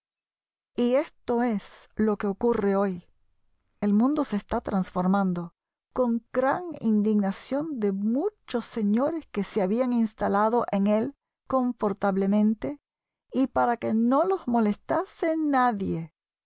y esto es lo que ocurre hoy el mundo se está transformando con gran indignación de muchos señores que se habían instalado en él confortablemente y para que no los molestase nadie